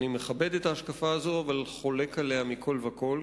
אני מכבד את ההשקפה הזו אבל חולק עליה מכול וכול,